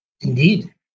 indeed